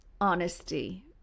honesty